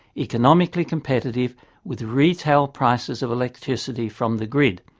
economically competitive with retail prices of electricity from the grid.